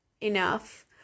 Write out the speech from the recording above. enough